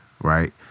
right